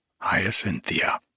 Hyacinthia